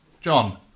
John